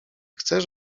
chcesz